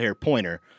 Pointer